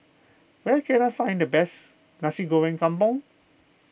where can I find the best Nasi Goreng Kampung